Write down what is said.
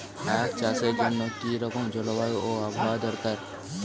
আখ চাষের জন্য কি রকম জলবায়ু ও আবহাওয়া দরকার?